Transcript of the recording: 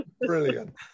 brilliant